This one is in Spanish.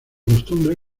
costumbre